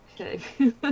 Okay